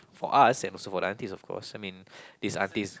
for us and also for the aunties of course I mean these aunties